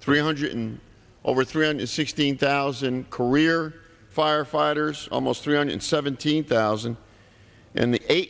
three hundred and over three hundred sixteen thousand career firefighters almost three hundred seventeen thousand and eight